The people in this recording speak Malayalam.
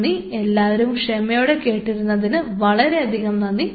നന്ദി എല്ലാവരും ക്ഷമയോടെ കേട്ടിരുന്നതിന് വളരെയധികം നന്ദി